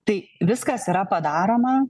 tai viskas yra padaroma